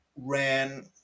ran